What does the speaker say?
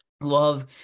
love